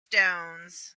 stones